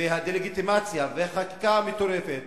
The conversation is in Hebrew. והדה-לגיטימציה והחקיקה המטורפת,